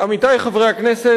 עמיתי חברי הכנסת,